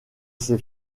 ces